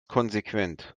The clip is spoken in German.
konsequent